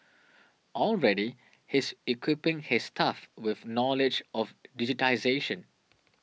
already he is equipping his staff with knowledge of digitisation